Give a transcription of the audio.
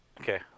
Okay